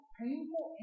painful